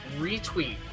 Retweet